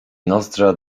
nozdrza